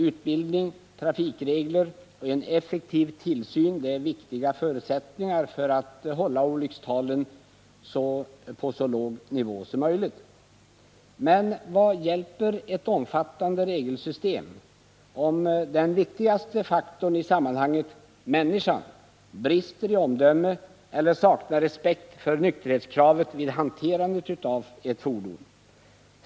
Utbildning, trafikregler och en effektiv tillsyn är viktiga förutsättningar för att hålla olyckstalen på så låg nivå som möjligt. Men vad hjälper ett omfattande regelsystem, om den viktigaste faktorn i sammanhanget — människan — brister i omdöme eller saknar respekt för nykterhetskravet vid hanterandet av ett fordon?